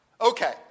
Okay